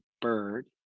bird